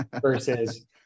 versus